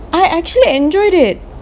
I actually enjoyed it